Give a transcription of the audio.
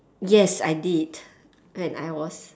yes I did when I was